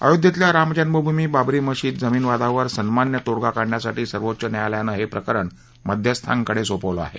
अयोध्येतल्या राम जन्मभूमी बाबरी मशीद जमीन वादावर सन्मान्य तोडगा काढण्यासाठी सर्वोच्च न्यायालयानं हे प्रकरण मध्यस्थांकडे सोपवलं आहे